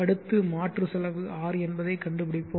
அடுத்து மாற்று செலவு R என்பதைக் கண்டுபிடிப்போம்